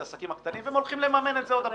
אלה העסקים הקטנים והם הולכים לממן את זה שוב.